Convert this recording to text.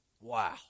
Wow